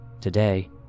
Today